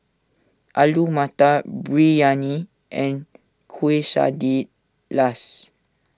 Alu Matar Biryani and Quesadillas